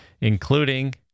including